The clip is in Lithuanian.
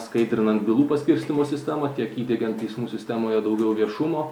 skaidrinant bylų paskirstymo sistemą tiek įdiegiant teismų sistemoje daugiau viešumo